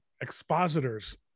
expositors